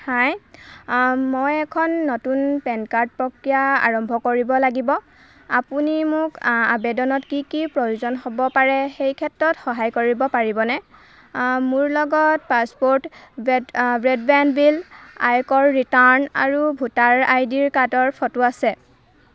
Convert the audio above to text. হাই মই এখন নতুন পেন কাৰ্ড প্ৰক্ৰিয়া আৰম্ভ কৰিব লাগিব আপুনি মোক আ আবেদনত কি কি প্ৰয়োজন হ'ব পাৰে সেই ক্ষেত্ৰত সহায় কৰিব পাৰিবনে মোৰ লগত পাছপোৰ্ট বেড ব্ৰডবেণ্ড বিল আয়কৰ ৰিটাৰ্ণ আৰু ভোটাৰ আই ডি কাৰ্ডৰ ফটো আছে